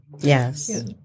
Yes